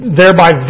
thereby